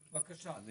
אני